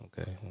Okay